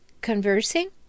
conversing